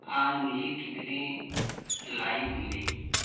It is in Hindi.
आज मुझे कितने लाइक मिले